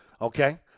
okay